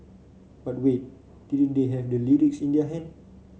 but wait didn't they have the lyrics in their hand